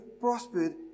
prospered